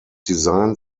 design